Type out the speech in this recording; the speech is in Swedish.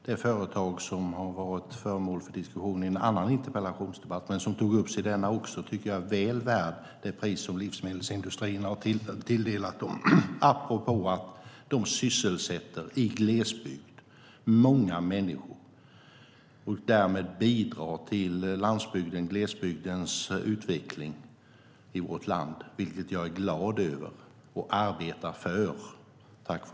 Det företag som har varit föremål för diskussion i en annan interpellationsdebatt men som togs upp också i denna interpellation tycker jag är väl värt det pris livsmedelsindustrin har tilldelat det, apropå att det sysselsätter många människor i glesbygd. Därmed bidrar man till landsbygdens och glesbygdens utveckling i vårt land, vilket jag är glad över och arbetar för.